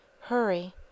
Hurry